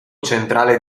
centrale